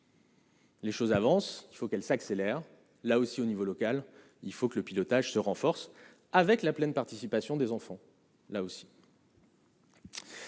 Les choses avancent, il faut qu'elle s'accélère, là aussi, au niveau local, il faut que le pilotage se renforce avec la pleine participation des enfants là aussi.